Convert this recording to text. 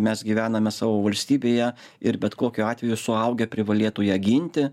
mes gyvename savo valstybėje ir bet kokiu atveju suaugę privalėtų ją ginti